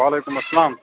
وعلیکُم اسَلام